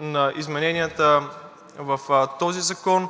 на измененията в този закон.